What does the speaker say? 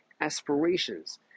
aspirations